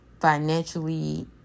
financially